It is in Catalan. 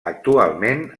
actualment